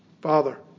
Father